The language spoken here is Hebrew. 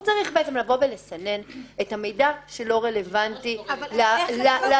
הוא צריך לסנן את המידע שלא רלוונטי לתפקיד,